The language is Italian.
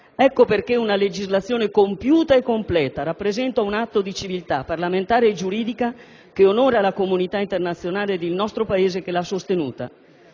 Ecco perché una legislazione compiuta e completa rappresenta un atto di civiltà parlamentare e giuridica, che onora la comunità internazionale ed il nostro Paese che l'ha sostenuta.